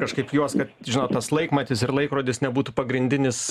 kažkaip juos kad žinot tas laikmatis ir laikrodis nebūtų pagrindinis